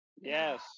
Yes